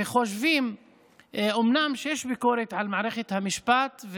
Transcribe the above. וחושבים שאומנם יש ביקורת על מערכת המשפט,